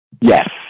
Yes